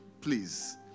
please